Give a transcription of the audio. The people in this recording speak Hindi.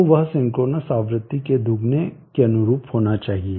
तो वह सिंक्रोनस आवृत्ति के दुगुने के अनुरूप होना चाहिए